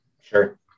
Sure